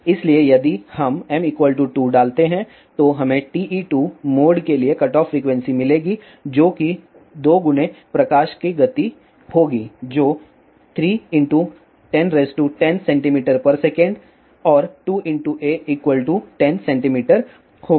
इसलिए यदि हम m 2 डालते हैं तो हमें TE2 मोड के लिए कटऑफ फ्रीक्वेंसी मिलेगी जो कि 2 प्रकाश की गति होगी जो 3 ×1010 सेमी सेकंड और 2 × a 10 सेमी होगी